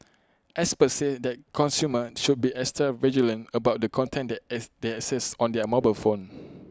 experts say that consumers should be extra vigilant about the content as they access on their mobile phone